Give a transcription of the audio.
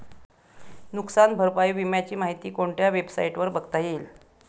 नुकसान भरपाई विम्याची माहिती कोणत्या वेबसाईटवर बघता येईल?